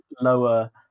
lower